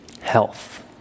health